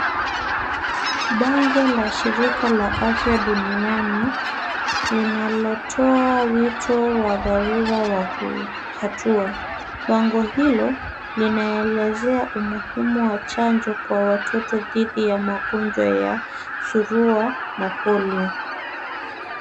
Bango la shirika la afya duniani linalotoa wito wa dharura wa hatua. Bango hilo linaelezea umuhimu wa chanjo kwa watoto dhidi ya magonjwa ya surua na polio.